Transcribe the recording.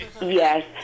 Yes